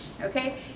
okay